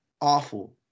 awful